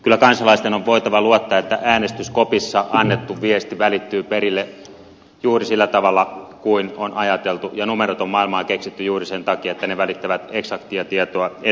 kyllä kansalaisten on voitava luottaa että äänestyskopissa annettu viesti välittyy perille juuri sillä tavalla kuin on ajateltu ja numerot on maailmaan keksitty juuri sen takia että ne välittävät eksaktia tietoa eteenpäin